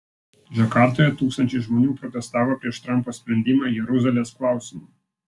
džakartoje tūkstančiai žmonių protestavo prieš trampo sprendimą jeruzalės klausimu